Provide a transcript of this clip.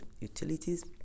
Utilities